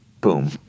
Boom